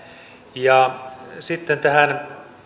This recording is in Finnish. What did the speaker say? ja sitten tähän